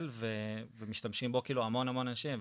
פועל ומשתמשים בו המון אנשים.